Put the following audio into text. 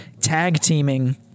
tag-teaming